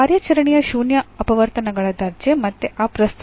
ಕಾರ್ಯಾಚರಣೆಯ ಶೂನ್ಯ ಅಪವರ್ತನಗಳ ದರ್ಜೆ ಮತ್ತೆ ಅಪ್ರಸ್ತುತ